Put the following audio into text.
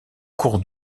cours